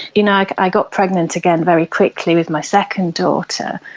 you know, like i got pregnant again very quickly with my second daughter,